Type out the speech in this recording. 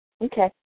Okay